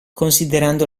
considerando